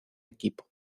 equipo